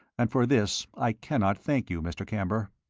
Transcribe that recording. and for this i cannot thank you, mr. camber.